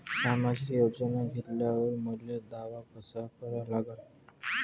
सामाजिक योजना घेतल्यावर मले दावा कसा करा लागन?